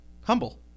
Humble